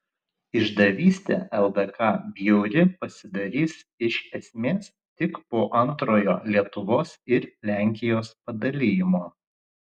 išdavystė ldk bjauri pasidarys iš esmės tik po antrojo lietuvos ir lenkijos padalijimo